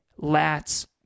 lats